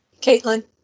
Caitlin